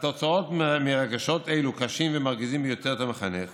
והתוצאות מרגשות אלו קשות ומרגיזות ביותר את המחנך